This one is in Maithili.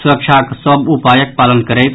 सुरक्षाक सभ उपायक पालन करैथ